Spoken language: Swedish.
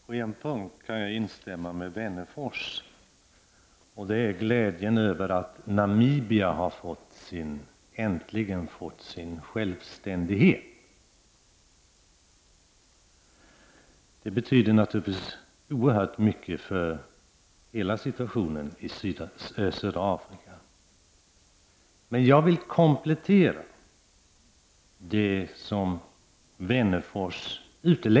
Herr talman! På en punkt kan jag instämma i det som Alf Wennerfors sade, nämligen glädjen över att Namibia äntligen har fått sin självständighet. Det betyder naturligtvis oerhört mycket för hela situationen i södra Afrika. Men jag vill komplettera med det som Alf Wennerfors utelämnade.